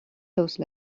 those